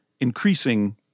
increasing